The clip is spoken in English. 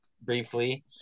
briefly